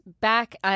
back